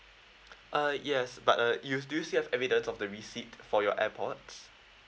uh yes but uh you do you see have evidence of the receipt for your airpods